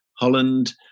Holland